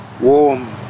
warm